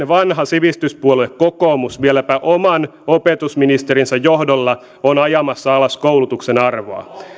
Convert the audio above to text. vanha sivistyspuolue kokoomus vieläpä oman opetusministerinsä johdolla on ajamassa alas koulutuksen arvoa